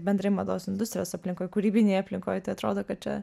bendrai mados industrijos aplinkoj kūrybinėj aplinkoj tai atrodo kad čia